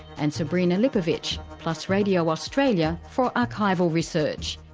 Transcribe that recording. and sabrina lipovic plus radio australia for archival research.